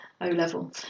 O-level